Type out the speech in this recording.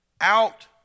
out